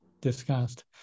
discussed